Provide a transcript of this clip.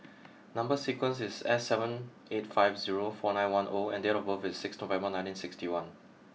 number sequence is S seven eight five zero four nine one O and date of birth is six November nineteen sixty one